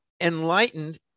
enlightened